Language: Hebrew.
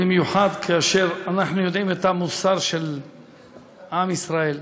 במיוחד כאשר אנחנו יודעים את המוסר של עם ישראל,